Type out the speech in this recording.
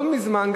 לא מזמן,